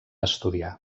estudiar